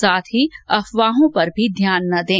साथ ही अफवाहों पर भी ध्यान न दें